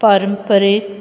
पारंपारीक